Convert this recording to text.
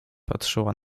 patrzyła